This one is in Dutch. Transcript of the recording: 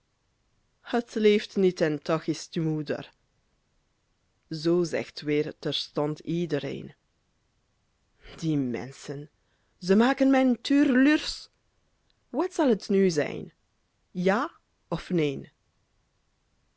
het leeft niet en toch is t uw moeder zoo zegt weer terstond iedereen die menschen ze maken mij tuurluursch wat zal het nu zijn ja of neen